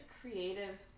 creative